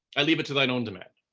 i leave it to thine own demand.